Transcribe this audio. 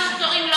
אין קיצור תורים?